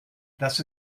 dass